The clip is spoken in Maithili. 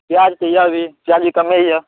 प्याज भी यऽ अभी प्याज कमे यऽ